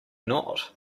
not